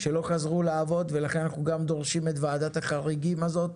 שלא חזרו לעבוד ולכן אנחנו גם דורשים את ועדת החריגים הזאת.